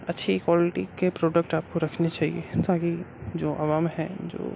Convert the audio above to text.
اچھی کوالٹی کے پروڈکٹ آپ کو رکھنے چاہیے تاکہ جو عوام ہے جو